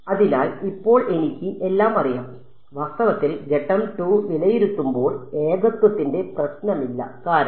അതിനാൽ ഇപ്പോൾ എനിക്ക് എല്ലാം അറിയാം വാസ്തവത്തിൽ ഘട്ടം 2 വിലയിരുത്തുമ്പോൾ ഏകത്വത്തിന്റെ പ്രശ്നമില്ല കാരണം